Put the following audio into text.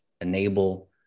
enable